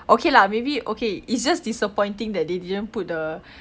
okay lah maybe okay it's just disappointing that they didn't put the